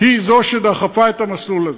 היא זו שדחפה את המסלול הזה.